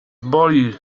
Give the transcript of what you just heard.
boli